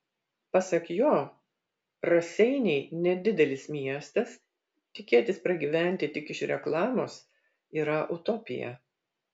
pasak jo raseiniai nedidelis miestas tikėtis pragyventi tik iš reklamos yra utopija